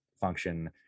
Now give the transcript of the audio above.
function